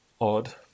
odd